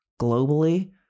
globally